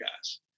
guys